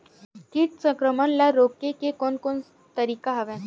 कीट संक्रमण ल रोके के कोन कोन तरीका हवय?